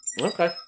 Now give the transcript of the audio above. Okay